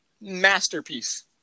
Masterpiece